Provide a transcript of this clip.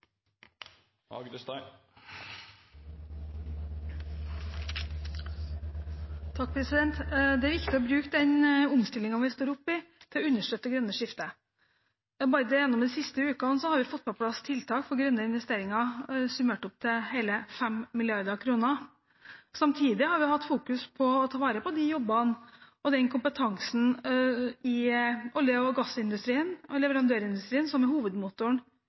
å understøtte det grønne skiftet. Bare gjennom de siste ukene har vi fått på plass tiltak for grønne investeringer summert opp til hele 5 mrd. kr. Samtidig har vi fokusert på å ta vare på jobbene og kompetansen i olje- og gassindustrien og leverandørindustrien, som er hovedmotoren